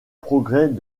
progrès